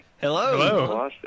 Hello